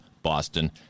Boston